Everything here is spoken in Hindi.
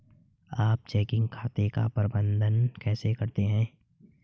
आप चेकिंग खाते का प्रबंधन कैसे करते हैं?